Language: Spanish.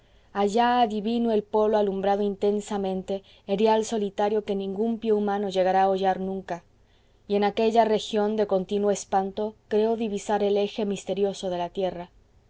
allá adivino el polo alumbrado intensamente erial solitario que ningún pie humano llegará a hollar nunca y en aquella región de continuo espanto creo divisar el eje misterioso de la tierra